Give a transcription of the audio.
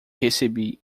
recebi